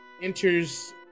enters